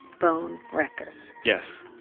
bone records yes.